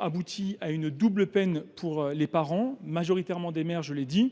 aboutit à une double peine pour les parents seuls, majoritairement les mères, comme je